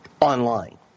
online